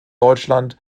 deutschland